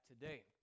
today